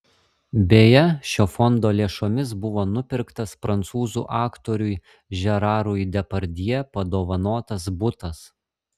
beje šio fondo lėšomis buvo nupirktas prancūzų aktoriui žerarui depardjė padovanotas butas